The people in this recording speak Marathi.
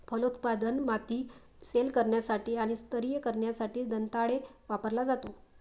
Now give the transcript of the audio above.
फलोत्पादनात, माती सैल करण्यासाठी आणि स्तरीय करण्यासाठी दंताळे वापरला जातो